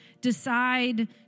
decide